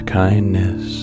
kindness